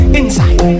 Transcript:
inside